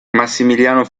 massimiliano